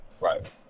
Right